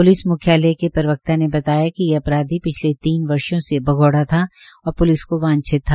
police म्ख्यालय के प्रवकता ने बताया कि ये अपराधी पिछले तीन वर्षो से भगोड़ा था और पुलिस को वांछित था